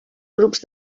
grups